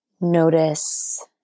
notice